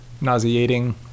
nauseating